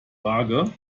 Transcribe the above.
waage